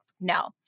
no